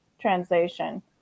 translation